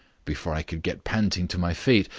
before i could get panting to my feet,